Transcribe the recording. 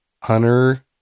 hunter